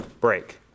break